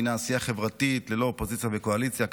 הינה עשייה חברתית ללא אופוזיציה וקואליציה,